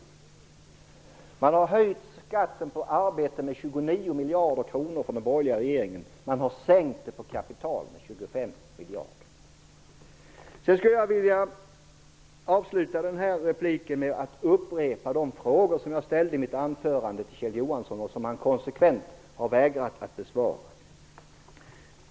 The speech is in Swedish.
Den borgerliga regeringen har höjt skatten på arbete med 29 miljarder kronor. Man har sänkt kapitalskatten med 25 miljarder. Jag vill avsluta denna replik med att upprepa de frågor som jag ställde till Kjell Johansson i mitt anförande och som han konsekvent har vägrat att besvara.